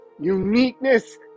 uniqueness